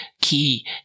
key